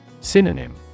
Synonym